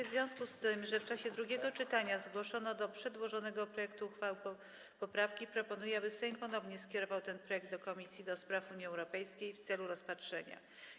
W związku z tym, że w czasie drugiego czytania zgłoszono do przedłożonego projektu uchwały poprawki, proponuję, aby Sejm ponownie skierował ten projekt do Komisji do Spraw Unii Europejskiej w celu ich rozpatrzenia.